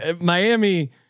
Miami